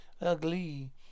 Ugly